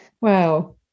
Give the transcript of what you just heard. Wow